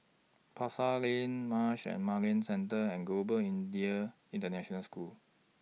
Pasar Lane Marsh and McLennan Centre and Global Indian International School